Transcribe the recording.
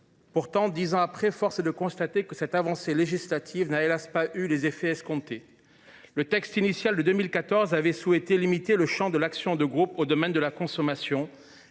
Pourtant, dix ans après, force est de constater que cette avancée législative n’a, hélas ! pas eu les effets escomptés. Le législateur de 2014 avait souhaité limiter le champ de l’action de groupe au domaine de la consommation,